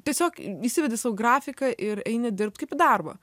tiesiog įsivedi savo grafiką ir eini dirbt kaip į darbą